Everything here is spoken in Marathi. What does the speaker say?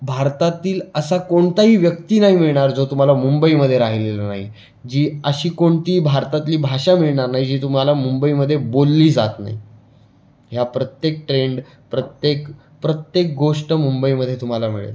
भारतातील असा कोणताही व्यक्ती नाही मिळणार जो तुम्हाला मुंबईमध्ये राहिलेला नाही जी अशी कोणती भारतातली भाषा मिळणार नाही जी तुम्हाला मुंबईमध्ये बोलली जात नाही ह्या प्रत्येक ट्रेंड प्रत्येक प्रत्येक गोष्ट मुंबईमध्ये तुम्हाला मिळेल